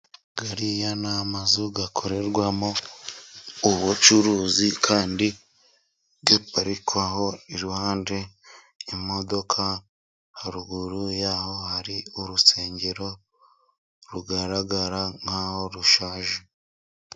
Ariya ni amazu akorerwamo ubucuruzi kandi aparikwaho iruhande imodoka. Haruguru yaho hari urusengero rugaragara nkaho rushaje.